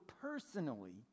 personally